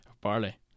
barley